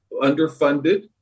underfunded